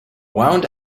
wound